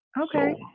Okay